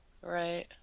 Right